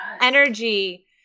energy